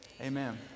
amen